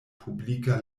publika